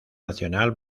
nacional